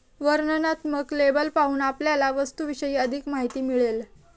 वर्णनात्मक लेबल पाहून आपल्याला वस्तूविषयी अधिक माहिती मिळेल